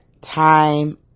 time